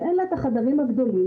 שאין לה החדרים הגדולים,